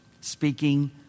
Speaking